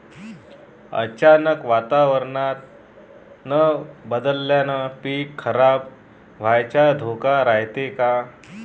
अचानक वातावरण बदलल्यानं पीक खराब व्हाचा धोका रायते का?